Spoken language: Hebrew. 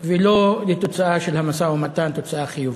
ולא לתוצאה של המשא-ומתן, תוצאה חיובית.